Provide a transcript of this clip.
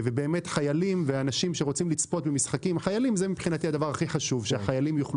חיילים זה מבחינתי הדבר הכי חשוב,